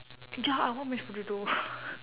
ya I want mash potato